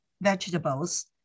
vegetables